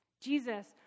Jesus